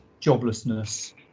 joblessness